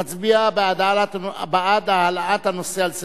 מצביע בעד העלאת הנושא על סדר-היום,